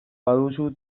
baduzu